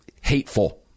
Hateful